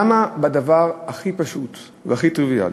למה בדבר הכי פשוט והכי טריוויאלי,